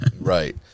Right